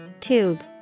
Tube